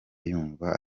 yumva